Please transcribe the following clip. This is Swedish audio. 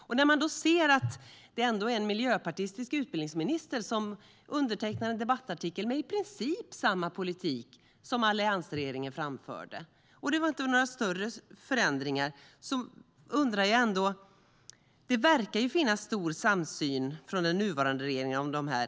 Då undrar man ju när man ser att en miljöpartistisk utbildningsminister undertecknar en debattartikel med i princip samma politik som alliansregeringen förde. Det är inte några större förändringar. Det verkar finnas stor samsyn i den nuvarande regeringen om det här.